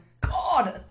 God